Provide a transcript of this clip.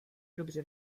dobře